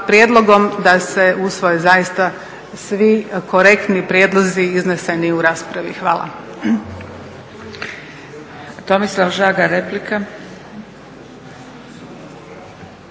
da se usvoje zaista svi korektni prijedlozi izneseni u raspravi. Hvala.